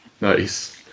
Nice